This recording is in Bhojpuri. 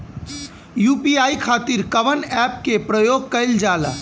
यू.पी.आई खातीर कवन ऐपके प्रयोग कइलजाला?